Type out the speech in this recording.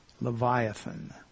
Leviathan